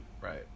Right